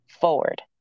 forward